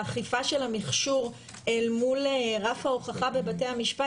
באכיפה של המכשור מול רף ההוכחה בבתי המשפט